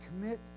Commit